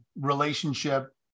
relationship